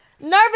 Nervous